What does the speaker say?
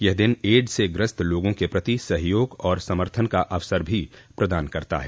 यह दिन एड्स से ग्रस्त लोगों के प्रति सहयोग और समर्थन का अवसर भी प्रदान करता है